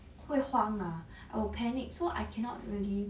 会慌 ah I would panic so I cannot really